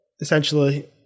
essentially